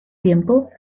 tiempo